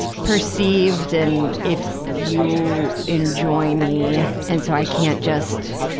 perceived and if you enjoy me. and so i can't just